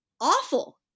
awful